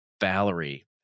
Valerie